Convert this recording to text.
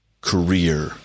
career